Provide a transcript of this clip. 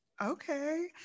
Okay